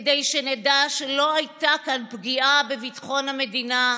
כדי שנדע שלא הייתה כאן פגיעה בביטחון המדינה,